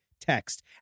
text